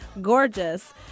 gorgeous